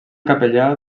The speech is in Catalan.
capellà